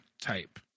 type